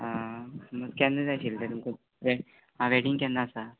केन्ना जाय आशिल्ल तें तुमकां हें आं वॅडींग केन्ना आसा